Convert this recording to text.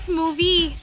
movie